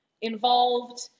involved